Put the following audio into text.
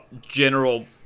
general